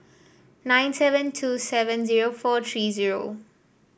nine seven two seven zero four three zero